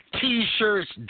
t-shirts